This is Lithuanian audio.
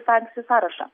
sankcijų sąrašą